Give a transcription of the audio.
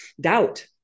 doubt